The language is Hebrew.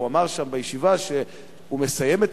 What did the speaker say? והוא אמר שם בישיבה שהוא מסיים את